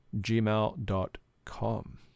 gmail.com